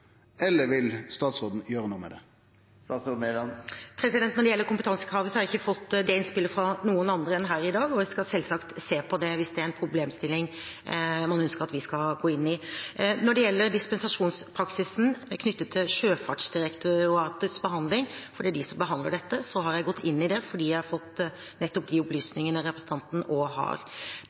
eller vil statsråden gjere noko med det? Når det gjelder kompetansekravet, har jeg ikke fått det innspillet fra noen andre enn her i dag. Jeg skal selvsagt se på det hvis det er en problemstilling man ønsker at vi skal gå inn i. Når det gjelder dispensasjonspraksisen knyttet til Sjøfartsdirektoratets behandling, for det er de som behandler dette, har jeg gått inn i det, fordi jeg har fått nettopp de opplysningene representanten også har.